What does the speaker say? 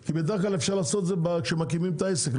כי בדרך כלל אפשר לעשות את זה כשמקימים את העסק,